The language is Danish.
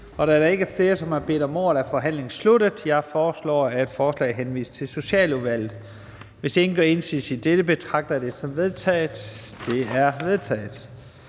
Da der ikke er flere, som har bedt om ordet, er forhandlingen sluttet. Jeg foreslår, at forslaget til folketingsbeslutning henvises til Socialudvalget. Hvis ingen gør indsigelse i dette, betragter jeg det som vedtaget. Det er vedtaget.